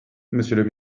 monsieur